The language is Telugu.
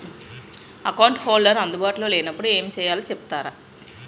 అకౌంట్ హోల్డర్ అందు బాటులో లే నప్పుడు ఎం చేయాలి చెప్తారా?